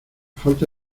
falta